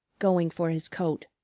going for his coat.